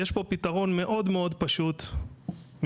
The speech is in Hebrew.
יש פה פתרון מאוד מאוד פשוט מבחינתנו,